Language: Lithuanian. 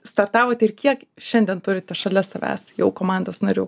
startavote ir kiek šiandien turite šalia savęs jau komandos narių